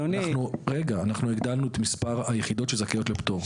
אנחנו הגדלנו את מספר היחידות שזכאיות לפטור.